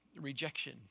rejection